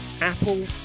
Apple